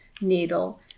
needle